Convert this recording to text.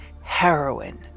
heroin